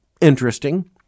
interesting